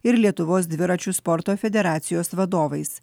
ir lietuvos dviračių sporto federacijos vadovais